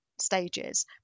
stages